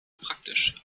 praktisch